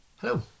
Hello